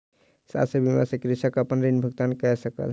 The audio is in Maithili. शस्य बीमा सॅ कृषक अपन ऋण भुगतान कय सकल